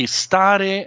stare